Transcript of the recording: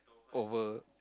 over